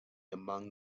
among